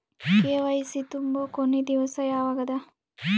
KYC ತುಂಬೊ ಕೊನಿ ದಿವಸ ಯಾವಗದ?